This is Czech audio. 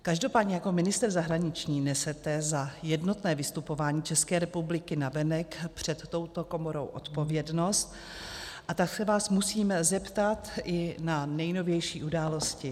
Každopádně jako ministr zahraničí nesete za jednotné vystupování České republiky navenek před touto komorou odpovědnost, a tak se vás musím zeptat i na nejnovější události.